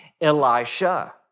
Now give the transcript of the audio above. Elisha